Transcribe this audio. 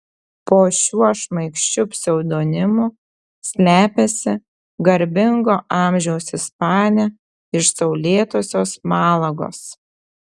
po šiuo šmaikščiu pseudonimu slepiasi garbingo amžiaus ispanė iš saulėtosios malagos